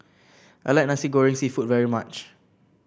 I like Nasi Goreng seafood very much